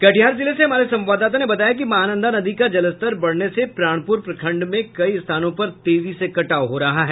कटिहार जिले से हमारे संवाददाता ने बताया कि महानंदा नदी का जलस्तर बढ़ने से प्राणपूर प्रखंड में कई स्थानों पर तेजी से कटाव हो रहा है